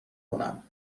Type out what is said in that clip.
کنم